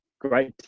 great